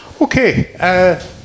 okay